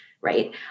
Right